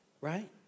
right